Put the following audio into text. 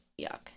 yuck